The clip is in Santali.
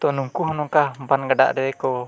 ᱛᱚ ᱱᱩᱠᱩ ᱦᱚᱸ ᱱᱚᱝᱠᱟ ᱵᱟᱱ ᱜᱟᱰᱟᱜ ᱨᱮᱜᱮ ᱠᱚ